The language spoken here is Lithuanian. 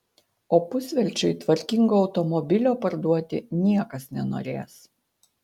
o pusvelčiui tvarkingo automobilio parduoti niekas nenorės